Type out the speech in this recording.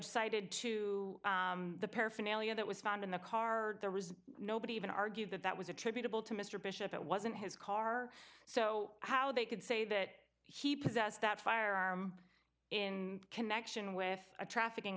cited to the paraphernalia that was found in the car there was nobody even argue that that was attributable to mr bishop it wasn't his car so how they could say that he possessed that firearm in connection with a tra